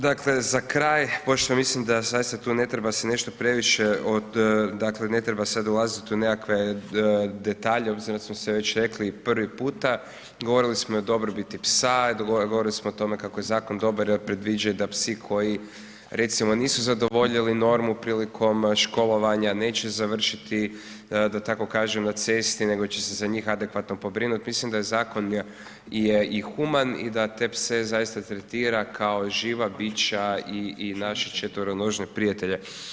Dakle za kraj pošto mislim da zaista tu ne treba se nešto previše, dakle ne treba sad ulazit u nekakve detalje obzirom da smo sve već rekli prvi puta, govorili smo o dobrobiti psa, govorili smo o tome kako je zakon dobar jer predviđa i da psi koji recimo nisu zadovoljili normu prilikom školovanja neće završiti da tako kažem na cesti nego će se za njih adekvatno pobrinuti, mislim da zakon je i human i da te pse zaista tretira kao živa bića i naše četveronožne prijatelje.